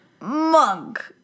Monk